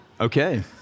okay